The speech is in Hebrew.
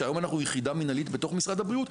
שהיום אנחנו יחידה מנהלית בתוך משרד הבריאות,